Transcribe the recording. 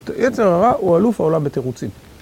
יצר הרע הוא אלוף העולם בתירוצים.